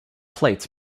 plates